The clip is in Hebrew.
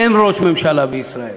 אין ראש ממשלה בישראל.